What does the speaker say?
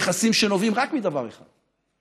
יחסים שנובעים רק מדבר אחד: